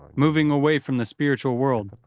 moving away from the spiritual world.